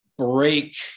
break